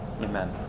amen